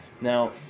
Now